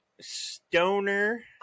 stoner